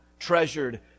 treasured